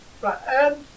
Right